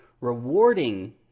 rewarding